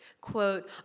Quote